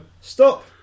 stop